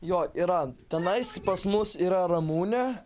jo yra tenais pas mus yra ramunė